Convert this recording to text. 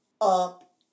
up